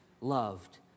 loved